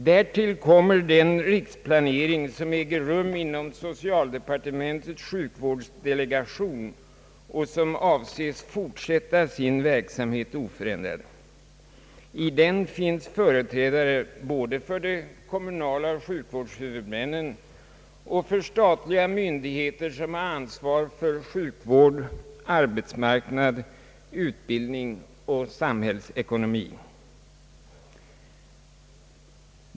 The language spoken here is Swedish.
Därtill kommer den riksplanering som äger rum inom socialdepartementets sjukvårdsdelegation och som avses fortsätta sin verksamhet oförändrad. I den finns företrädare både för de kommunala sjukvårdshuvudmännen och för statliga myndigheter som har ansvar för sjukvård, arbetsmarknad, utbildning och samhällsekonomi.